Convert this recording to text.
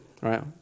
right